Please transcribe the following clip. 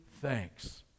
thanks